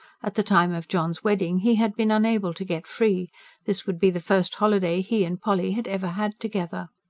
at the time of john's wedding he had been unable to get free this would be the first holiday he and polly had ever had together.